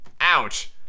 ouch